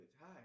Hi